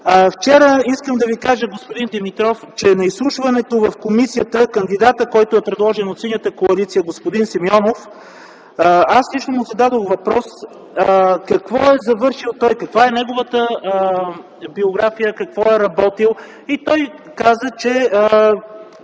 бихте искали да бъдат. Господин Димитров, на изслушване вчера в комисията на кандидата, предложен от Синята коалиция - господин Симеонов, аз лично му зададох въпрос: какво е завършил, каква е неговата биография, какво е работил? Той каза, че